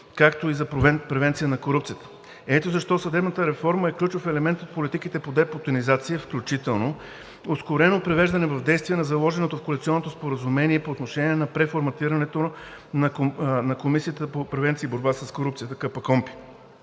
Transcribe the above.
както и за превенция на корупцията. Ето защо съдебната реформа е ключов елемент от политиките по депутинизация, включително ускорено привеждане в действие на заложеното в коалиционното споразумение по отношение на преформатирането на Комисията по превенция и борба с корупцията – КПКОНПИ;